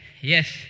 yes